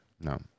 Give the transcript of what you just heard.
No